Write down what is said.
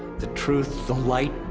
the truth, the light,